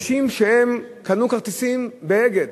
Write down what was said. אנשים שקנו כרטיסים ב"אגד"